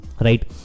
Right